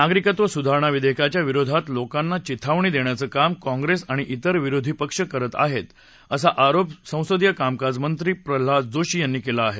नागरिकत्व सुधारणा विधेयकाच्या विरोधात लोकांना चिथावणी देण्याचं काम काँग्रेस आणि वेर विरोधी पक्ष करत आहोत असा आरोप संसदीय कामकाजमंत्री प्रल्हाद जोशी यांनी केला आहे